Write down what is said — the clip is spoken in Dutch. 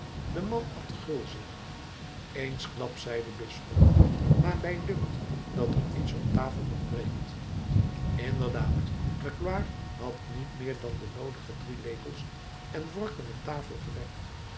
de man at gulzig eensklaps zei de bisschop maar mij dunkt dat er iets op tafel ontbreekt inderdaad magloire had niet meer dan de noodige drie lepels en vorken op tafel gelegd